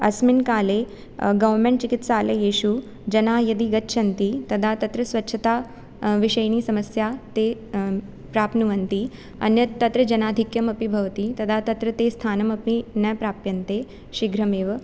अस्मिन् काले गौर्मेण्ट् चिकित्सालयेषु जनाः यदि गच्छन्ति तदा तत्र स्वच्छताविषयिणी समस्या ते प्राप्नुवन्ति अन्यत् तत्र जनाधिक्यमपि भवति तदा तत्र ते स्थानमपि न प्राप्यन्ते शीघ्रमेव